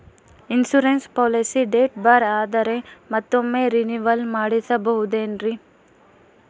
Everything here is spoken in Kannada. ಇನ್ಸೂರೆನ್ಸ್ ಪಾಲಿಸಿ ಡೇಟ್ ಬಾರ್ ಆದರೆ ಮತ್ತೊಮ್ಮೆ ರಿನಿವಲ್ ಮಾಡಿಸಬಹುದೇ ಏನ್ರಿ?